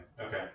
Okay